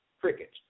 Crickets